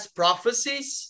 prophecies